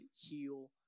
heal